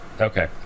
Okay